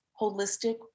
holistic